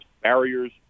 barriers